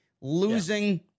Losing